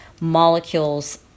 molecules